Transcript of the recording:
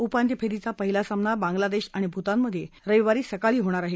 उपांत्य फेरीचा पहिला सामना बांगलादेश आणि भूतान मध्ये रविवारी सकाळी होणार आहे